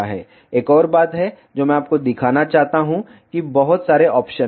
एक और बात है जो मैं आपको दिखाना चाहता हूं कि बहुत सारे ऑप्शन हैं